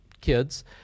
kids